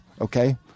okay